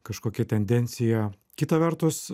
kažkokia tendencija kita vertus